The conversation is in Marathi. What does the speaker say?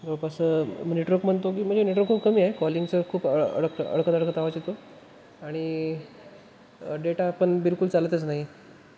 जवळपास नेटवर्क म्हणतो की म्हणजे नेटवर्क पण खूप कमी आहे कॉलिंगचं खूप अळक अडकत अडकत आवाज येतो आणि डेटा पण बिलकुल चालतच नाही